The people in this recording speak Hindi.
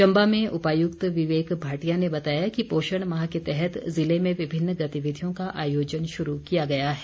चम्बा में उपायुक्त विवेक भाटिया ने बताया कि पोषण माह के तहत ज़िले में विभिन्न गतिविधियों का आयोजन शुरू किया गया है